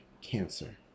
cancer